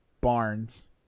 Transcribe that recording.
Barnes